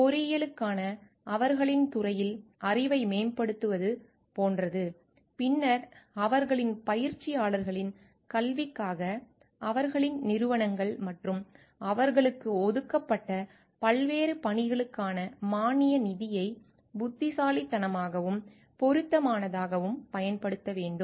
பொறியியலுக்கான அவர்களின் துறையில் அறிவை மேம்படுத்துவது போன்றது பின்னர் அவர்களின் பயிற்சியாளர்களின் கல்விக்காக அவர்களின் நிறுவனங்கள் மற்றும் அவர்களுக்கு ஒதுக்கப்பட்ட பல்வேறு பணிகளுக்கான மானிய நிதியை புத்திசாலித்தனமாகவும் பொருத்தமானதாகவும் பயன்படுத்த வேண்டும்